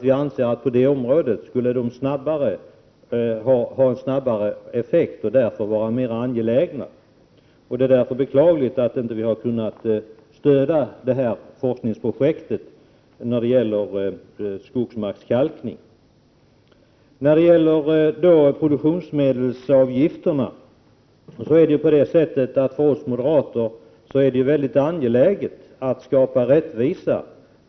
Vi anser nämligen att de snabbare skulle få effekt på det området. Det är mera angeläget att ha det så. Mot den bakgrunden är det beklagligt att vi inte har kunnat stödja forskningsprojektet beträffande skogsmarkskalkning. När det gäller produktionsmedelsavgifterna, liksom andra avgifter av olika slag, är det för oss moderater väldigt angeläget att skapa rättvisa.